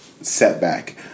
setback